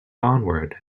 onward